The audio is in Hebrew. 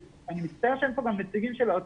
אני מצטער שאין פה גם נציגים של האוצר,